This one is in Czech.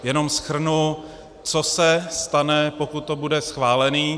Jenom shrnu, co se stane, pokud to bude schváleno.